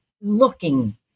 looking